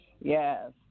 Yes